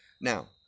Now